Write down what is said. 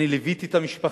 ליוויתי את המשפחה,